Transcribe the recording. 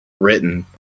written